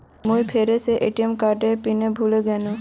मुई फेरो से ए.टी.एम कार्डेर पिन भूले गेनू